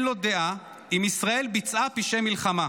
לו דעה אם ישראל ביצעה פשעי מלחמה.